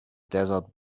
desert